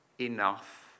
enough